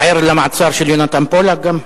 אתה ער למעצר של יונתן פולק גם?